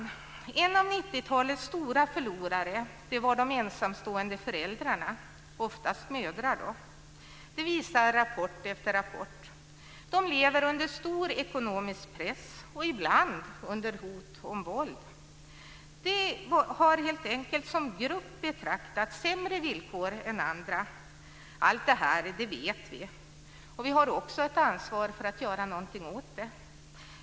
Några av 90-talets stora förlorare var de ensamstående föräldrarna, oftast mödrar. Det visar rapport efter rapport. De lever under stor ekonomisk press och ibland under hot om våld. De har helt enkelt som grupp betraktad sämre villkor än andra. Vi vet allt detta, och vi har också ett ansvar för att göra någonting åt det.